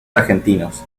argentinos